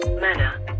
manner